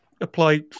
apply